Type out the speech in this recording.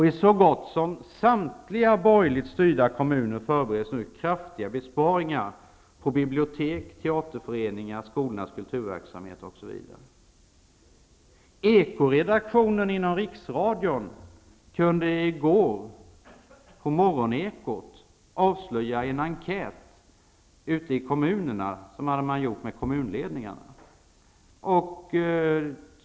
I så gott som samtliga borgerligt styrda kommuner förbereds nu kraftiga besparingar på bibliotek, teaterföreningar, skolornas kulturverksamhet, osv. Ekot i går avslöja resultatet av en enkät som man gjort med kommunledningarna ute i kommunerna.